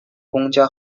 公家